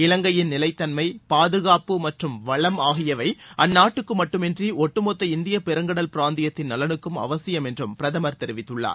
இவங்கையின் நிலைத் தன்மை பாதுகாப்பு மற்றும் வளம் ஆகியவை அந்நாட்டுக்கு மட்டுமன்றி ஒட்டுமொத்த இந்தியப் பெருங்கடல் பிராந்தியத்தின் நலனுக்கும் அவசியம் என்றும் பிரதமர் தெரிவித்துள்ளார்